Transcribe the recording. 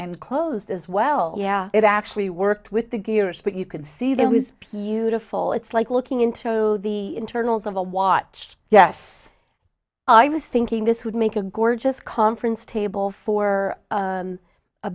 and closed as well yeah it actually worked with the gears but you can see there was beautiful it's like looking into the internals of a watch yes i was thinking this would make a gorgeous conference table for